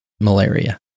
malaria